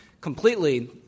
completely